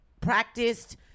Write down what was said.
practiced